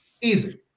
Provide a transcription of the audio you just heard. Easy